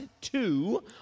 two